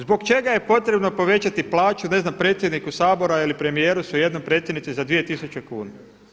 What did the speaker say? Zbog čega je potrebno povećati plaću ne znam predsjedniku Sabora ili premijeru, svejedno, predsjednici za 2 tisuće kuna.